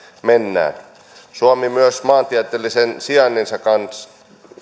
mennään suomen täytyy olla realisti myös maantieteellisen sijaintinsa kanssa